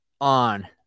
on